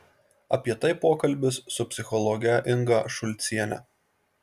apie tai pokalbis su psichologe inga šulciene